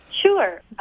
Sure